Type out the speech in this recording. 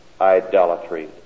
idolatry